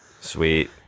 Sweet